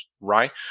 right